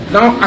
Now